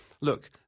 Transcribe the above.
look